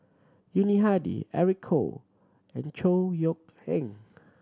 Yuni Hadi Eric Khoo and Chor Yeok Eng